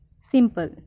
simple